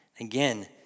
Again